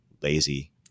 lazy